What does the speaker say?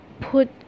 put